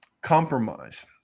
compromise